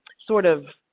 sort of,